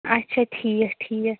اچھا ٹھیٖک ٹھیٖک